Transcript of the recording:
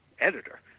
editor